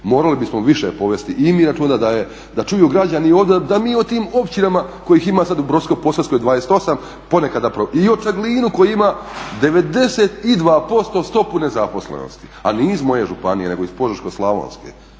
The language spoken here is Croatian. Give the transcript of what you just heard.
Morali bismo više povesti i mi računa da čuju građani ovdje da mi o tim općinama kojih ima u Brodsko-posavskoj 28, ponekad i o Čaglinu koji ima 92% stopu nezaposlenosti a nije iz moje županije nego iz Požeško-slavonske.